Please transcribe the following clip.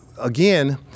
again